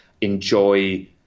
enjoy